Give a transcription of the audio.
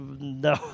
No